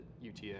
UTA